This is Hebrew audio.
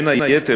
בין היתר,